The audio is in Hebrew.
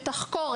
שתחקור,